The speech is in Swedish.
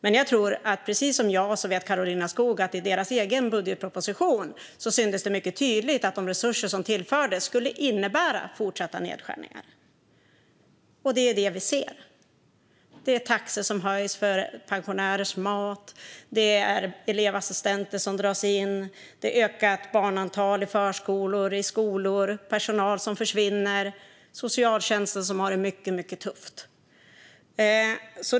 Men jag tror att Karolina Skog precis som jag vet att det i regeringens egen budgetproposition syntes mycket tydligt att de resurser som tillfördes skulle innebära fortsatta nedskärningar. Och det är detta vi ser. Taxor höjs för pensionärers mat, elevassistenter dras in, antalet barn ökar i förskolor och skolor, personal försvinner och socialtjänsten har det mycket tufft.